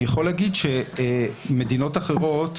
אני יכול להגיד שמדינות אחרות,